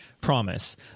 promise